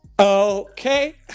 Okay